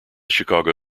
chicago